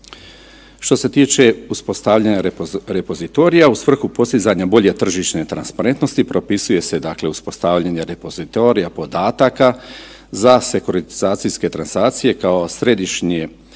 Što se tiče uspostavljanja repozitorija u svrhu postizanja bolje tržišne transparentnosti propisuje se dakle uspostavljanje repozitorija podataka za sekuratizacijske transacije kao središnje